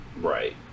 right